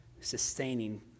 sustaining